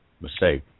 mistake